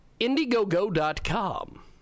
Indiegogo.com